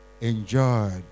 enjoyed